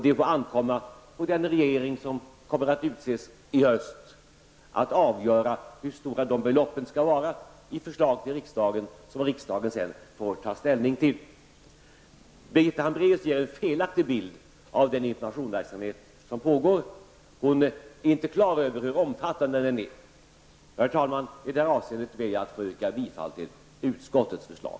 Det bör ankomma på den regering som kommer att tillsättas i höst att avgöra hur stora dessa belopp skall vara i förslag till riksdagen som sedan får ta ställning. Birgitta Hambraeus ger en felaktig bild av den informationsverksamhet som pågår. Hon är inte på det klara med hur omfattande den är. I det avseendet, herr talman, vill jag yrka bifall till utskottets förslag.